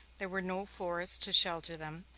there were no forests to shelter them,